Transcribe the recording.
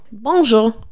Bonjour